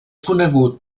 conegut